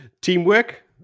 Teamwork